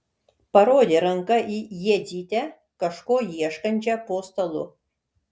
parodė ranka į jadzytę kažko ieškančią po stalu